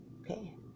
Okay